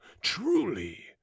truly